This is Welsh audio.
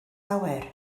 awyr